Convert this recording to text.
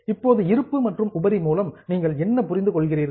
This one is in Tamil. இப்போது இருப்பு மற்றும் உபரி மூலம் நீங்கள் என்ன புரிந்துகொள்கிறீர்கள்